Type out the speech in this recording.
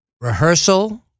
rehearsal